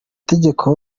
tegeko